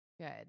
good